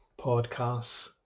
podcasts